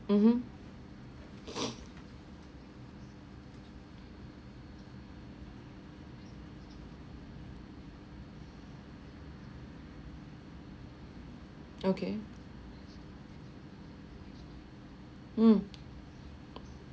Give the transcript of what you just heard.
mmhmm okay mm